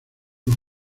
los